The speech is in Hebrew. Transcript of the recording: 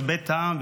את בית העם.